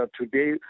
today